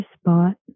spot